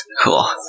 Cool